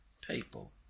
people